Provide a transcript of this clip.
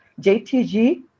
JTG